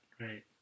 Right